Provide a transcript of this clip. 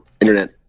internet